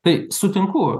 tai sutinku